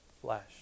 flesh